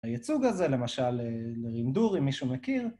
הייצוג הזה, למשל לרנדור, אם מישהו מכיר.